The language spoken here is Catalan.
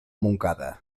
montcada